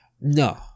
No